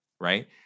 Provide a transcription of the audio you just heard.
right